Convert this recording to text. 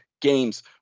games